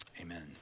amen